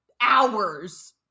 hours